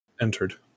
entered